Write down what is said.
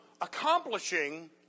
accomplishing